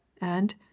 And—